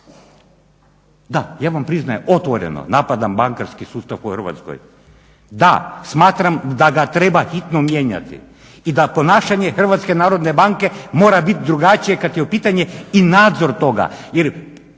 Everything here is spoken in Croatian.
Da, ja vam priznajem otvoreno, napadam bankarski sustav u Hrvatskoj. Da, smatram da ga treba hitno mijenjati i da ponašanje HNB-a mora bit drugačije kad je u pitanju i nadzor toga